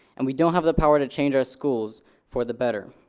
and we don't have the power to change our schools for the better.